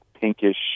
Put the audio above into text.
pinkish